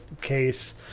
case